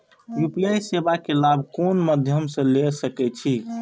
UPI सेवा के लाभ कोन मध्यम से ले सके छी?